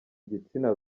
igitsina